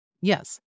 Yes